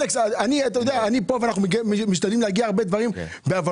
אני נמצא פה ואנחנו משתדלים להגיע להרבה דברים בהבנות.